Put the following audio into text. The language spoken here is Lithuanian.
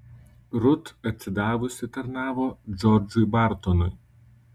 rut atsidavusi tarnavo džordžui bartonui